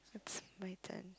it's my turn